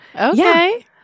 Okay